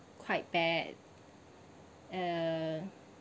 quite bad uh